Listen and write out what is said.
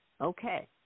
Okay